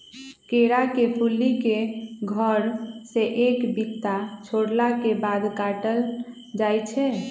केरा के फुल्ली के घौर से एक बित्ता छोरला के बाद काटल जाइ छै